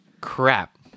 crap